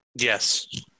yes